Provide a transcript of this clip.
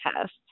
test